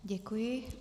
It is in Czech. Děkuji.